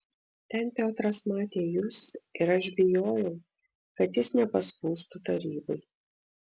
ten piotras matė jus ir aš bijojau kad jis nepaskųstų tarybai